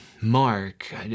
Mark